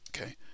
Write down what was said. Okay